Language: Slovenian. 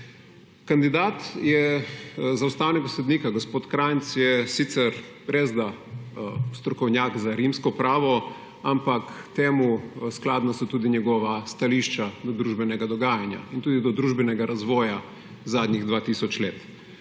Kandidat za ustavnega sodnika gospod Krajnc je sicer resda strokovnjak za rimsko pravo, ampak temu skladno so tudi njegova stališča do družbenega dogajanja in tudi do družbenega razvoja zadnjih dva